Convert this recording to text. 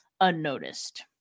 unnoticed